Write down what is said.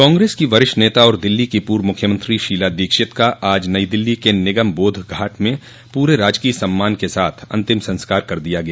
कांग्रेस की वरिष्ठ नेता और दिल्ली की पूर्व मुख्यमंत्री शीला दीक्षित का आज नई दिल्ली के निगम बोध घाट में पूरे राजकीय सम्मान के साथ अंतिम संस्कार कर दिया गया